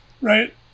right